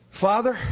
Father